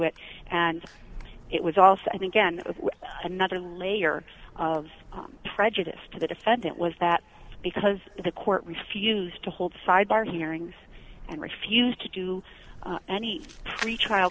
it and it was also i think in another layer of prejudice to the defendant was that because the court refused to hold sidebar hearings and refused to do any pretrial